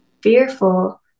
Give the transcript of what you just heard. fearful